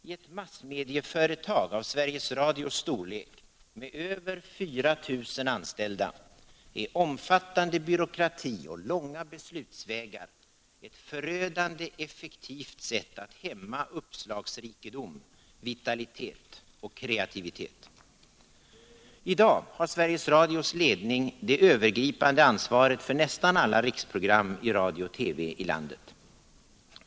I ett massmedieföretag av Sveriges Radios storlek — med över 4 000 anställda — är omfattande byråkrati och långa beslutsvägar ett förödande effektivt sätt att hämma uppslagsrikedom, vitalitet och kreativitet. I dag har Sveriges Radios ledning det övergripande ansvaret för nästan alla riksprogram i radio och TV i landet.